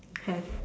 have